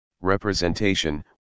representation